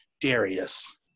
darius